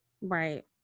Right